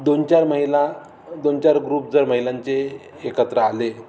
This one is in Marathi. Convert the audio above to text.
दोन चार महिला दोनचार ग्रुप जर महिलांचे एकत्र आले